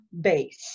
base